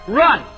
run